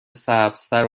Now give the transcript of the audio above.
سبزتر